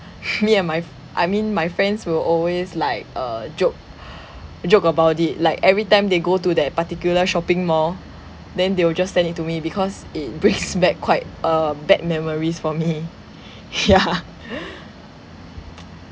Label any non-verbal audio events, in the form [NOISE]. [LAUGHS] me and my f~ I mean my friends will always like uh joke joke about it like every time they go to that particular shopping mall then they will just send it to me because it [LAUGHS] brings back quite err bad memories for [LAUGHS] me yeah